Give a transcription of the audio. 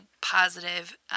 positive